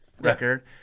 record